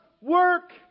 work